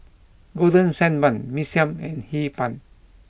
Golden Sand Bun Mee Siam and Hee Pan